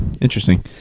interesting